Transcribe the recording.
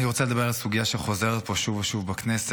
אני רוצה לדבר על סוגיה שחוזרת פה שוב ושוב בכנסת,